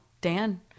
Dan